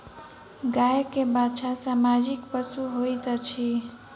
गाय के बाछा सामाजिक पशु होइत अछि